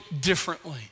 differently